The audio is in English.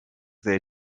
they